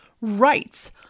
rights